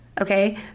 okay